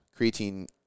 Creatine